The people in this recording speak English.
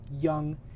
Young